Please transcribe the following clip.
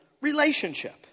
relationship